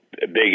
big